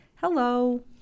Hello